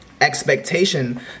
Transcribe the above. expectation